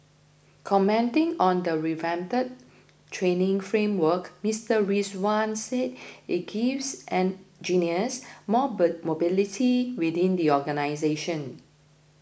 commenting on the revamped training framework Mr Rizwan said it gives engineers more mobility within the organisation